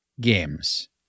games